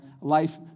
life